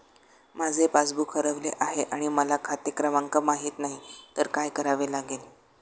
माझे पासबूक हरवले आहे आणि मला खाते क्रमांक माहित नाही तर काय करावे लागेल?